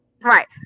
Right